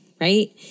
right